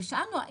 ושאלנו,